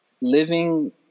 living